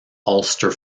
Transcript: ulster